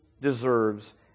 deserves